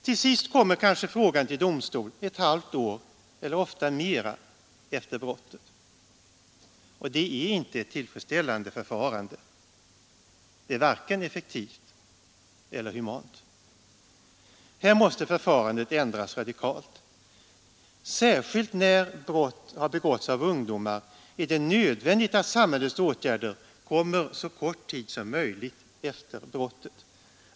Till sist kommer kanske frågan till domstol ett halvt år — ofta mer — efter brottet. Detta är inte ett tillfredsställande förfarande; det är varken effektivt eller humant. Här måste förfarandet ändras radikalt! Särskilt när brott har begåtts av ungdomar är det nödvändigt att samhällets åtgärder kommer så kort tid som möjligt efter brottet.